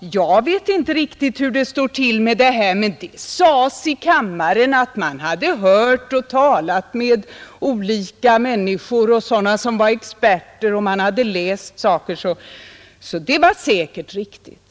Jag vet inte riktigt hur det står till med detta, men det sades i kammaren att man hade hört och talat med olika människor och med experter, och man hade läst det och det, så att detta var helt säkert riktigt.